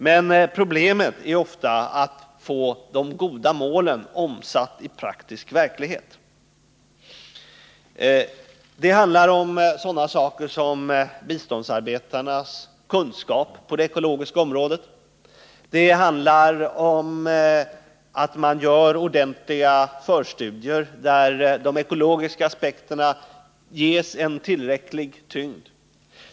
Men problemet är ofta att få de goda målen omsatta i praktisk verklighet. Det handlar om sådana saker som biståndsarbetarnas kunskap på det ekologiska området. Det handlar om att man gör ordentliga förstudier, där de ekologiska aspekterna ges en tillräcklig tyngd.